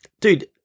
dude